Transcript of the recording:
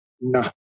No